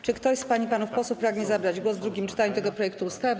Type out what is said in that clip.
Czy ktoś z pań i panów posłów pragnie zabrać głos w drugim czytaniu tego projektu ustawy?